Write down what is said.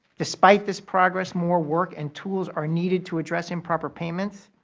despite this progress, more work and tools are needed to address improper payments.